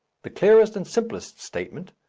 the clearest and simplest statement,